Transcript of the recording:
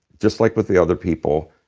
just like with the other people,